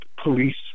police